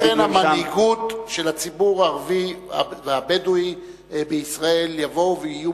אם אכן המנהיגות של הציבור הערבי והבדואי בישראל יבואו ויהיו